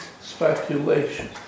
speculation